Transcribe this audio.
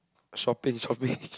shopping shopping